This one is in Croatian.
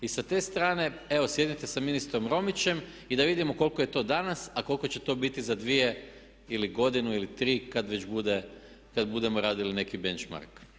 I sa te strane, evo sjednite sa ministrom Romićem i da vidimo koliko je to dana a koliko će to biti za dvije ili godinu ili tri kada već budemo radili neki benchmark.